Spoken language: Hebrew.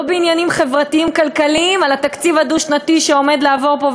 בעניינים חברתיים-כלכליים על התקציב הדו-שנתי שעומד לעבור פה,